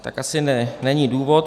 Tak asi není důvod.